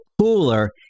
cooler